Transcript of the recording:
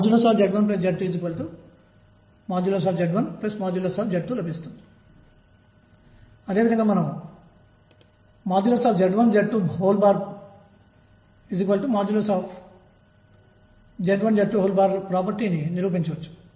కాబట్టి harmonic oscillator హరాత్మక డోలకం కోసం శక్తి E 12mv212kx2 గా ఇవ్వబడుతుంది దీనిని 12mv212m2x2అని కూడా వ్రాస్తారు